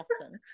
often